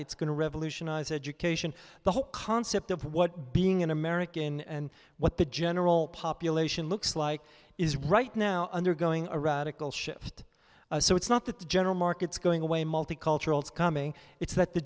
it's going to revolutionize education the whole concept of what being an american and what the general population looks like is right now undergoing a radical shift so it's not that the general market's going away multicultural it's coming it's that the